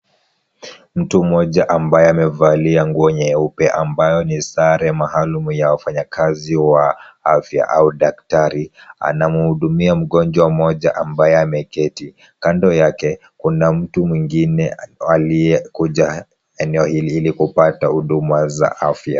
Mtu mmoja ambaye amevalia nguo nyeupe ambayo ni sare maalum ya wafanyakazi wa afya au daktari, anamhudumia mgonjwa mmoja ambaye ameketi. Kando yake, kuna mtu mwingine aliyekuja eneo hili ili kupata huduma za afya.